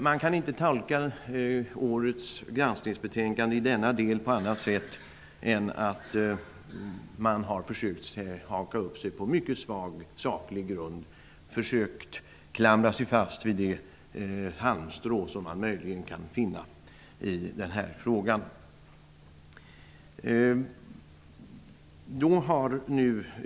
Det går inte att tolka årets granskningsbetänkande i denna del på annat sätt än att man har försökt att haka upp sig på mycket svag saklig grund, försökt klamra sig fast vid det halmstrå man möjligen kan finnas i den här frågan.